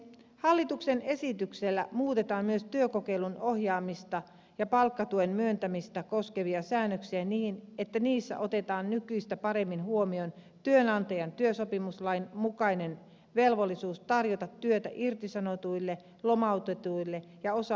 hallituksen esityksellä muutetaan myös työkokeilun ohjaamista ja palkkatuen myöntämistä koskevia säännöksiä niin että niissä otetaan nykyistä paremmin huomioon työnantajan työsopimuslain mukainen velvollisuus tarjota työtä irtisanotuille lomautetuille ja osa aikaisille työntekijöille